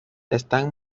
están